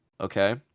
Okay